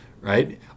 right